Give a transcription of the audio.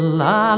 la